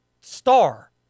star